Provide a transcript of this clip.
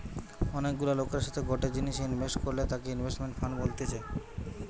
অনেক গুলা লোকের সাথে গটে জিনিসে ইনভেস্ট করলে তাকে ইনভেস্টমেন্ট ফান্ড বলতেছে